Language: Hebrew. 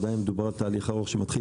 עדיין מדובר על תהליך ארוך שמתחיל